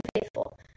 faithful